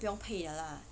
不用配的啦